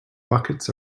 buckets